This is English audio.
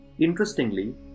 Interestingly